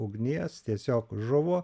ugnies tiesiog žuvo